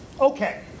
Okay